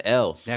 else